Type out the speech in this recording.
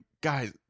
guys